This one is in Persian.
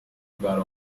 برادر